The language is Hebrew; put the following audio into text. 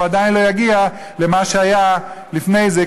וזה עדיין לא יגיע למה שהיה לפני זה,